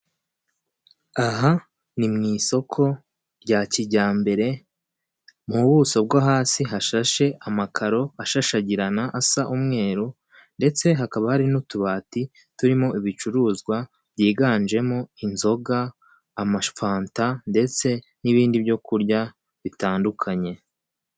Aha ni mu isoko rya kijyambere mu buso bwo hasi hashashe amakaro ashashagirana asa umweru, ndetse hakaba hari n'utubati turimo ibicuruzwa byiganjemo inzoga amafanta ndetse n'ibindi byo kurya bitandukanye.